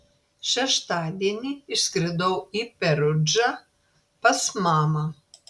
šeštadienį išskridau į perudžą pas mamą